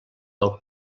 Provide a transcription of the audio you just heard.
del